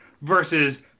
versus